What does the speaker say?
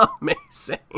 amazing